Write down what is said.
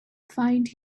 find